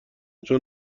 چون